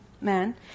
Man